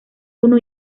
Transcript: uno